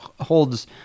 holds